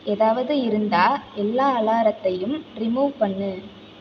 ஏதாவது இருந்தா எல்லா அலாரத்தையும் ரிமூவ் பண்ணு